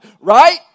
right